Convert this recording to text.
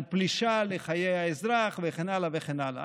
על פלישה לחיי האזרח וכן הלאה וכן הלאה?